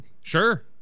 Sure